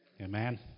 Amen